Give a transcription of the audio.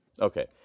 Okay